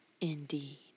Indeed